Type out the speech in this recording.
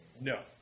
No